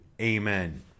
Amen